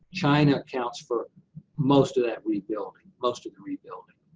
china accounts for most of that rebuilding, most of the rebuilding.